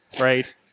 right